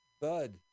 Bud